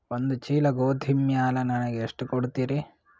ಒಂದ ಚೀಲ ಗೋಧಿ ಮ್ಯಾಲ ನನಗ ಎಷ್ಟ ಕೊಡತೀರಿ?